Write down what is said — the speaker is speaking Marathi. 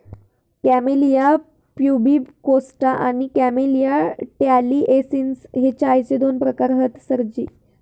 कॅमेलिया प्यूबिकोस्टा आणि कॅमेलिया टॅलिएन्सिस हे चायचे दोन प्रकार हत सरजी